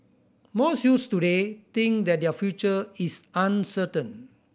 most youths today think that their future is uncertain